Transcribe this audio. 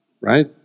Right